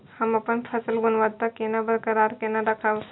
हम अपन फसल गुणवत्ता केना बरकरार केना राखब?